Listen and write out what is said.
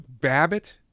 Babbitt